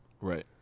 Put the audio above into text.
right